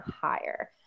higher